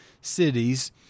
cities